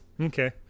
Okay